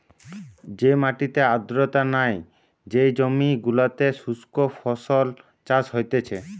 যে মাটিতে আর্দ্রতা নাই, যেই জমি গুলোতে শুস্ক ফসল চাষ হতিছে